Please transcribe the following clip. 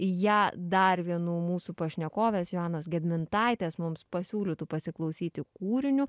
ją dar vienu mūsų pašnekovės joanos gedmintaitės mums pasiūlytu pasiklausyti kūriniu